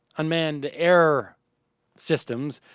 unmanned air systems